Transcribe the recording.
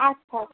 আচ্ছা আচ্ছা